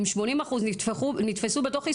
אם 80 אחוז נתפסו בתוך ישראל,